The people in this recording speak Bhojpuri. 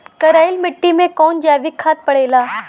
करइल मिट्टी में कवन जैविक खाद पड़ेला?